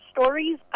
stories